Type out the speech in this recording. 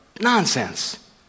Nonsense